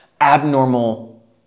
abnormal